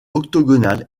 octogonale